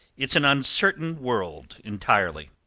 it's an uncertain world entirely!